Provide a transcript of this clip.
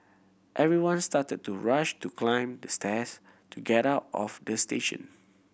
everyone started to rush to climb the stairs to get out of the station